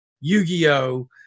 Yu-Gi-Oh